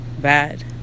bad